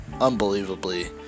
unbelievably